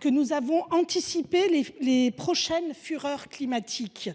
Que nous avons anticipé les prochaines fureurs climatiques,